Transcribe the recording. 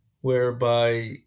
whereby